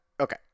Okay